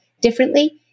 differently